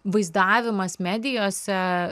vaizdavimas medijose